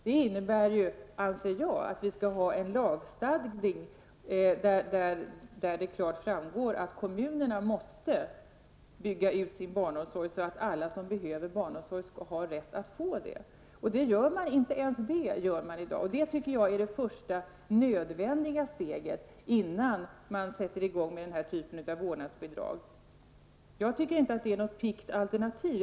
Det innebär att vi skall stifta en lag där det klart framgår att kommunerna måste bygga ut sin barnomsorg så att alla som behöver den skall ha rätt att få den. Inte ens det gör man i dag. Det tycker jag är det första, nödvändiga steget, innan man sätter igång med denna typ av vårdnasbidrag. Jag tycker inte det är något piggt alternativ.